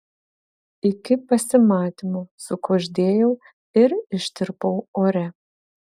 iki pasimatymo sukuždėjau ir ištirpau ore